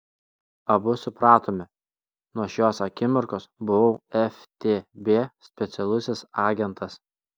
abu supratome nuo šios akimirkos buvau ftb specialusis agentas